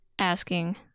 Asking